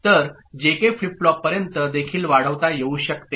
तर हे JK flip फ्लॉपपर्यंत देखील वाढवता येऊ शकते